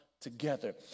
together